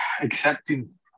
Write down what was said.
accepting